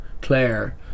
Claire